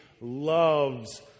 loves